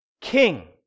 King